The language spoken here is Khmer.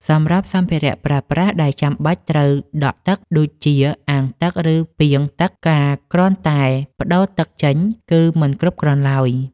សម្រាប់សម្ភារៈប្រើប្រាស់ដែលចាំបាច់ត្រូវដក់ទឹកដូចជា អាងទឹក ឬពាងទឹក ការគ្រាន់តែប្តូរទឹកចេញគឺមិនគ្រប់គ្រាន់ឡើយ។